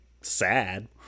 sad